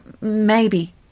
Maybe